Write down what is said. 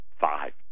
Five